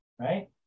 right